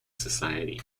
society